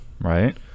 Right